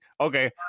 okay